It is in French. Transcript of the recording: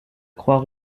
croix